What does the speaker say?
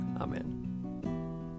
Amen